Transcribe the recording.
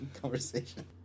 conversation